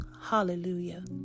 Hallelujah